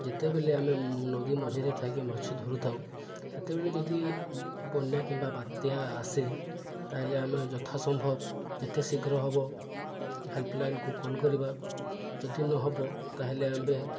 ଯେତେବେଳେ ଆମେ ନଦୀ ମଝିରେ ଥାଇକି ମାଛ ଧରୁଥାଉ ସେତେବେଳେ ଯଦି ବନ୍ୟା କିମ୍ବା ବାତ୍ୟା ଆସେ ତାହେଲେ ଆମେ ଯଥା ସମ୍ଭବ ଯେତେ ଶୀଘ୍ର ହବ ହେଲ୍ପଲାଇନ୍କୁ କଲ୍ କରିବା ଯଦି ନହବ ତାହେଲେ ଆମ୍ଭେ